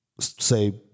say